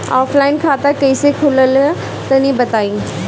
Offline खाता कइसे खुलेला तनि बताईं?